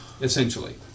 essentially